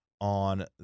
on